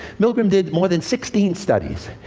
milgram did more than sixteen studies.